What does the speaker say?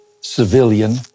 civilian